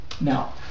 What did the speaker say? now